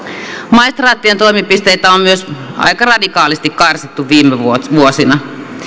maistraattien toimipisteitä on myös aika radikaalisti karsittu viime vuosina